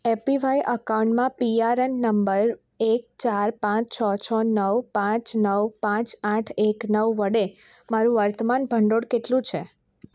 APY અકાઉન્ટમાં PRAN number એક ચાર પાંચ છ છ નવ પાંચ નવ પાંચ આઠ એક નવ વડે મારું વર્તમાન ભંડોળ કેટલું છે